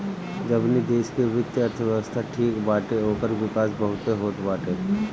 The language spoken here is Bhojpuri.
जवनी देस के वित्तीय अर्थव्यवस्था ठीक बाटे ओकर विकास बहुते होत बाटे